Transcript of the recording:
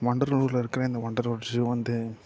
வண்டலூரில் இருக்கிற இந்த வண்டலூர் ஜு வந்து